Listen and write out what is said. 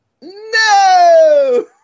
No